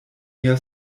mia